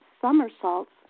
somersaults